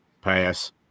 pass